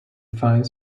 fine